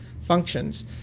functions